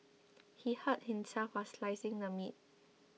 he hurt himself while slicing the meat